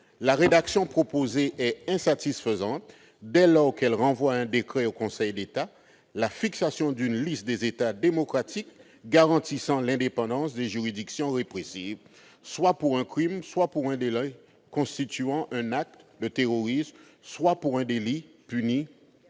la rédaction proposée est insatisfaisante, dès lors qu'elle renvoie à un décret en Conseil d'État la fixation d'une liste des États démocratiques garantissant l'indépendance des juridictions répressives soit pour un crime, soit pour un délit constituant un acte de terrorisme, soit pour un délit puni